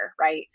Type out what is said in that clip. right